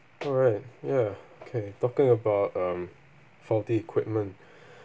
alright ya okay talking about um faulty equipment